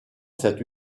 cette